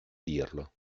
dirlo